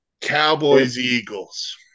Cowboys-Eagles